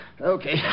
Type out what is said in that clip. Okay